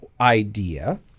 idea